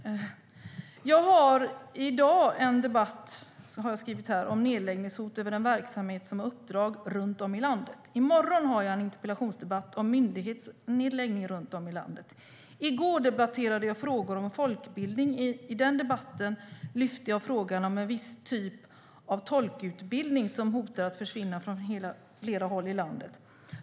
Jag har i dag en debatt om nedläggningshot av en verksamhet som har uppdrag runt om i landet. I morgon har jag en interpellationsdebatt om myndighetsnedläggningar runt om i landet. I går debatterade jag frågor om folkbildning. I den debatten tog jag upp frågan om en viss typ av tolkutbildning som hotar att försvinna på flera håll i landet.